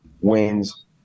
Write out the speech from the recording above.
wins